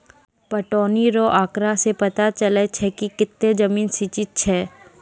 पटौनी रो आँकड़ा से पता चलै छै कि कतै जमीन सिंचित छै